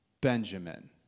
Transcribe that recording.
Benjamin